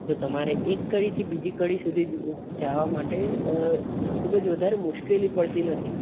તો તમારે એક કડીથી બીજી કડી સુધી જવા માટે ખૂબ જ વધારે મુશ્કેલી પડતી નથી